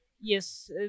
Yes